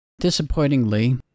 Disappointingly